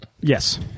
yes